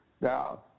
Now